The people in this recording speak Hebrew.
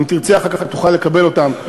אם תרצה אחר כך תוכל לקבל אותם,